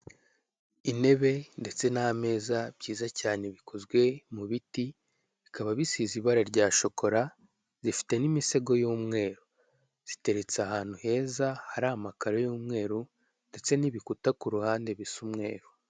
Intebe ndetse n'ameza, byiza cyane, bikozwe mu biti, bikaba bisize ibara rya shokora, zifite n'imisego y'umweru. Ziteretse ahantu heza, hari amakaro y'umweru, ndetse n'ibikuta ku ruhande, bisa umweru.